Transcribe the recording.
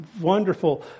wonderful